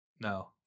No